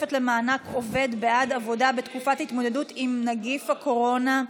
(תוספת למענק עובד בעד עבודה בתקופת ההתמודדות עם נגיף הקורונה),